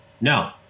No